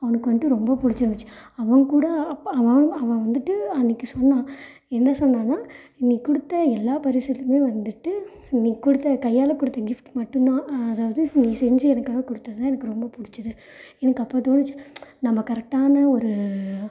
அவனுக்கு வந்துட்டு ரொம்ப பிடிச்சிருந்துச்சி அவன் கூட அவன் அவன் வந்துட்டு அன்றைக்கி சொன்னான் என்ன சொன்னான்னா நீ கொடுத்த எல்லா பரிசுலியும் வந்துட்டு நீ கொடுத்த கையால் கொடுத்த கிஃப்ட் மட்டும் தான் அதாவது நீ செஞ்சு எனக்காக கொடுத்தது தான் எனக்கு ரொம்ப பிடிச்சிது எனக்கு அப்போ தோணுச்சு நம்ம கரெக்டான ஒரு